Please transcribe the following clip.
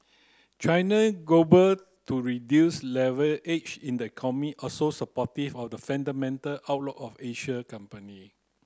China to reduce leverage in the also supportive of the fundamental outlook of Asian company